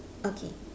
okay